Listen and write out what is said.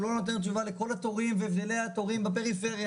הוא לא נותן תשובה לכל התורים ולתורים בפריפריה.